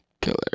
killer